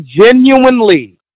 genuinely